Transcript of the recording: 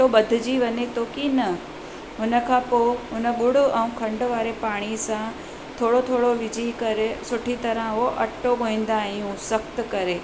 वो भदजी वञे थो की न हुनखां पोइ उन गुड़ ऐं खंडु वारे पाणी सां थोरो थोरो विझी करे सुठी तरह हो अटो गोहींदा आहियूं सख्तु करे